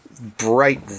bright